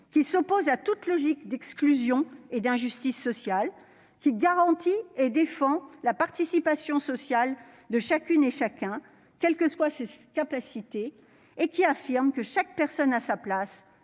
qui s'opposent à toute logique d'exclusion et d'injustice sociale, qui garantissent et défendent la participation sociale de chacune et chacun, quelles que soient ses capacités. Il s'agit d'affirmer que chaque personne a sa place